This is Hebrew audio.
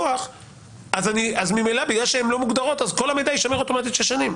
אז כל המידע יישמר אוטומטית שש שנים.